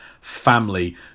family